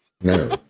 no